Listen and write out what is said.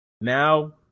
now